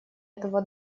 этого